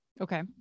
Okay